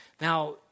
Now